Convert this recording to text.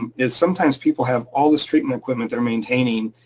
and is sometimes people have all this treatment equipment they're maintaining.